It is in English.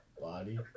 body